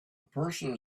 person